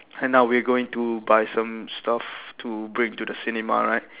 and now we going to buy some stuff to bring to the cinema right